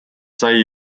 sai